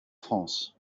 france